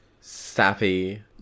sappy